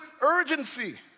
urgency